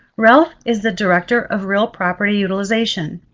ralph is the director of real property utilization.